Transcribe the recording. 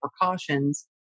precautions